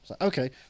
Okay